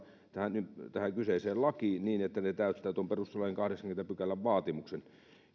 suoraan tähän kyseiseen lakiin niin että ne täyttävät tuon perustuslain kahdeksannenkymmenennen pykälän vaatimuksen